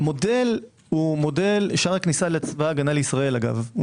המודל שער הכניסה לצבא ההגנה לישראל.